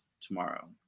tomorrow